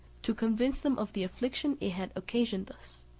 to convince them of the affliction it had occasioned us.